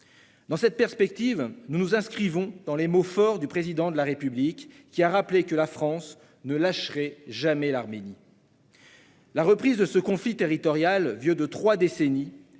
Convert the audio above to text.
Dans cette perspective, nous partageons les mots forts du Président de la République, qui a rappelé que la France ne lâcherait jamais l'Arménie. La reprise de ce conflit territorial, vieux de trois décennies,